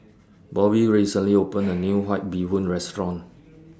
Bobbi recently opened A New White Bee Hoon Restaurant